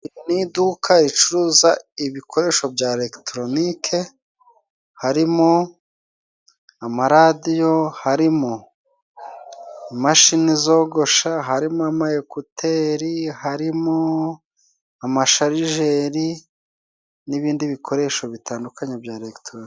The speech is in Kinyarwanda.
Ni iduka ricuruza ibikoresho bya elegitoronike harimo amaradiyo, harimo imashini zogosha, harimo amayekuteri, harimo amasharijeri, n'ibindi bikoresho bitandukanye bya legitoronike.